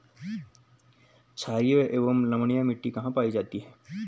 छारीय एवं लवणीय मिट्टी कहां कहां पायी जाती है?